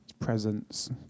presence